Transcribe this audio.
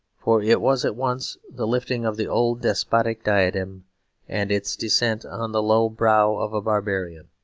for it was at once the lifting of the old despotic diadem and its descent on the low brow of a barbarian.